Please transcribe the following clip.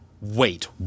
Wait